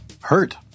hurt